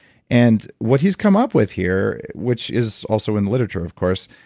and what he's come up with here, which is also in the literature of course,